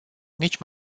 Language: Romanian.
nici